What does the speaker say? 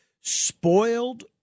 spoiled